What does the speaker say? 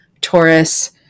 Taurus